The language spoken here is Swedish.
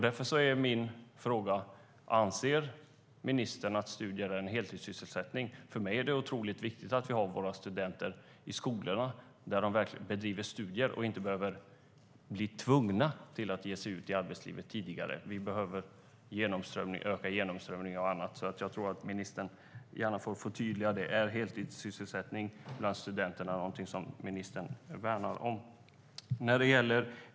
Därför är min fråga: Anser ministern att studier är en heltidssysselsättning? För mig är det mycket viktigt att vi har våra studenter i skolan där de bedriver studier och inte är tvungna att samtidigt ge sig ut i arbetslivet. Vi behöver öka genomströmningen och annat. Ministern får gärna förtydliga om heltidssysselsättning bland studenterna är något som hon värnar om.